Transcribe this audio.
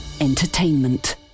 Entertainment